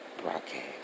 broadcast